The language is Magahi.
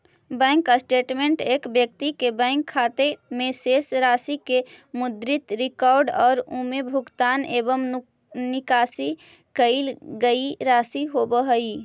बैंक स्टेटमेंट एक व्यक्ति के बैंक खाते में शेष राशि के मुद्रित रिकॉर्ड और उमें भुगतान एवं निकाशी कईल गई राशि होव हइ